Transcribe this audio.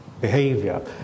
behavior